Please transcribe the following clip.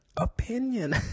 opinion